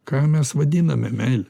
ką mes vadiname meile